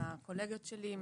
עם הקולגות שלי,